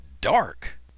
dark